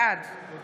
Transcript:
בעד חוה